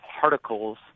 particles